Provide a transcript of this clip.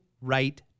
right